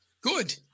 Good